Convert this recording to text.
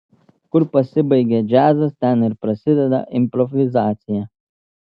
kur pasibaigia džiazas ten ir prasideda improvizacija